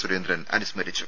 സുരേന്ദ്രൻ അനുസ്മരിച്ചു